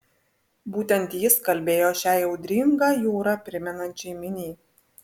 būtent jis kalbėjo šiai audringą jūrą primenančiai miniai